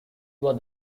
was